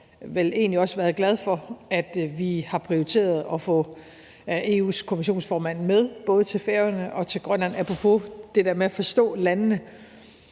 også været glade for, at vi har prioriteret at få Europa-Kommissionens formand med til både Færøerne og Grønland – apropos det der med at forstå landene.